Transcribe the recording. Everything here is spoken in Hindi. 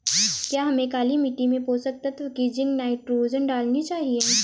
क्या हमें काली मिट्टी में पोषक तत्व की जिंक नाइट्रोजन डालनी चाहिए?